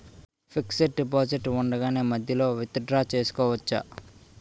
Fixed deposit ఉండగానే మధ్యలో withdraw చేసుకోవచ్చా?